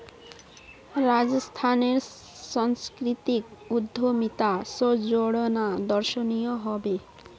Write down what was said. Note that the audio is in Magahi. राजस्थानेर संस्कृतिक उद्यमिता स जोड़ना दर्शनीय ह बे